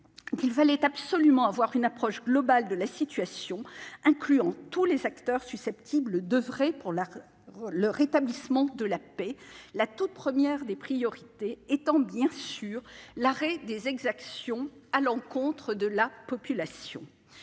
qu'il fallait absolument avoir une approche globale de la situation, incluant tous les acteurs susceptibles d'oeuvrer pour le rétablissement de la paix. La toute première des priorités est, bien sûr, l'arrêt des exactions à l'encontre de la population.